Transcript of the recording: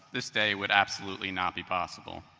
this day would absolutely not be possible.